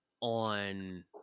on